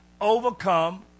overcome